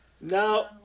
No